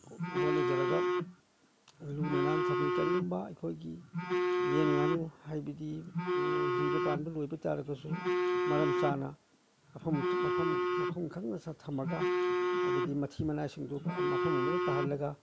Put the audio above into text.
ꯍꯣꯠꯅꯖꯔꯒ ꯂꯨꯅ ꯅꯥꯟꯅ ꯊꯝꯃꯤ ꯀꯔꯤꯒꯨꯝꯕ ꯑꯩꯈꯣꯏꯒꯤ ꯌꯦꯟ ꯉꯥꯅꯨ ꯍꯥꯏꯕꯗꯤ ꯖꯤꯕ ꯄꯥꯟꯕ ꯂꯣꯏꯕ ꯇꯥꯔꯒꯁꯨ ꯃꯔꯝ ꯆꯥꯅ ꯃꯐꯝ ꯈꯪꯅ ꯊꯝꯃꯒ ꯍꯥꯏꯕꯗꯤ ꯃꯊꯤ ꯃꯅꯥꯏ ꯁꯦꯡꯗꯣꯛꯄ ꯃꯐꯝ ꯑꯃꯗ ꯇꯥꯍꯜꯂꯒ